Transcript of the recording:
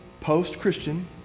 post-Christian